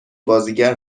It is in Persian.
بازیگر